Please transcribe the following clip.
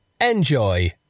Enjoy